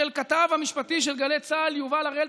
של הכתב המשפטי של גלי צה"ל יובל הראל,